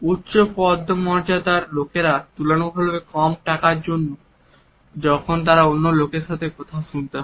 উচ্চ পদমর্যাদার লোকেরা তুলনামূলকভাবে কম টাকার যখন তাদের অন্যান্য লোকের কথা শুনতে হয়